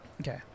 Okay